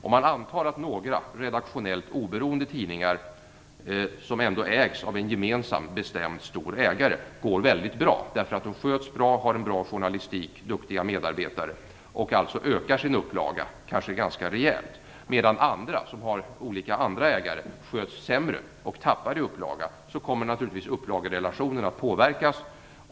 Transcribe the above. Om några redaktionellt oberoende tidningar, som ägs av en gemensam bestämd stor ägare, går mycket bra därför att de sköts bra, har en bra journalistik och duktiga medarbetare och alltså ökar sin upplaga ganska rejält medan andra som har andra ägare sköts sämre och tappar i upplaga kommer naturligtvis upplagerelationen att påverkas.